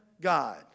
God